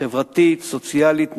חברתית-סוציאלית נאורה,